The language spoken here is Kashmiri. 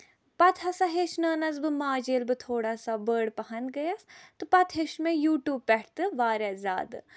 پَتہٕ ہسا ہیٚچھنٲونَس بہٕ ماجہِ ییٚلہِ بہٕ تھوڑا سا بٔڑ پَہن گٔیَس پَتہٕ ہٮ۪وٚچھ مےٚ یوٗٹوٗب پٮ۪ٹھ تہِ واریاہ زیادٕ